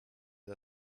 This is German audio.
wir